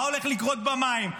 מה הולך לקרות במים,